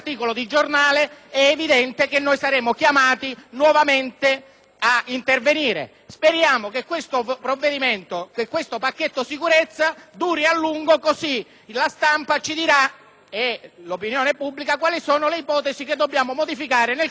a intervenire. Speriamo che questo provvedimento sul pacchetto sicurezza duri a lungo, così la stampa e l'opinione pubblica ci diranno quali sono le ipotesi che dobbiamo modificare nel codice penale e in quello di procedura penale. Ci rendiamo conto che non è serio?